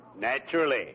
Naturally